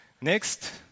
Next